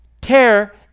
Tear